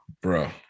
bro